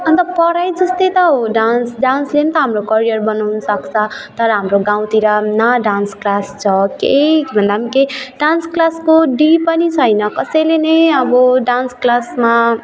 अन्त पढाइ जस्तै त हो डान्स डान्सले त हाम्रो करियर बनाउनु सक्छ तर हाम्रो गाउँतिर न डान्स क्लास छ केही भन्दा केही डान्स क्लासको डी पनि छैन कसैले नै अब डान्स क्लासमा